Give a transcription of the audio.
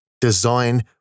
Design